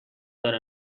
داره